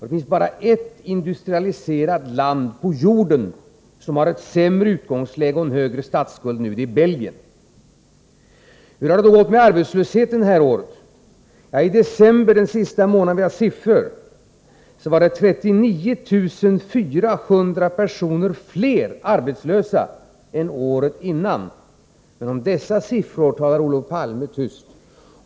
Det finns bara ett industrialiserat land på jorden som har ett sämre utgångsläge och en högre statsskuld nu, och det är Belgien. Hur har det då gått med arbetslösheten det här året? I december, som är den sista månaden vi har siffror för, var 39 400 personer fler arbetslösa än året innan. Men om dessa siffror talar Olof Palme tyst.